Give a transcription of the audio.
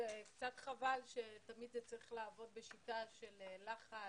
קצת חבל שתמיד זה צריך לעבוד בשיטה של לחץ,